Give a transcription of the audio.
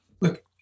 look